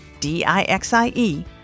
D-I-X-I-E